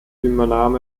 übernahm